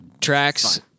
Tracks